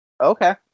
Okay